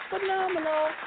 phenomenal